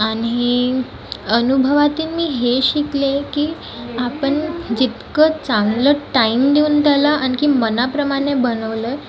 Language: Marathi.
आणि अनुभवातून मी हे शिकले की आपण जितकं चांगलं टाइम देऊन त्याला आणखी मनाप्रमाणे बनवलं